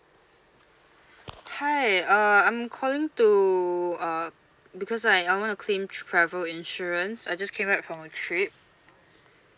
hi uh I'm calling to uh because I I want to claim travel insurance I just came back from a trip